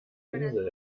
insel